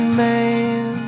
man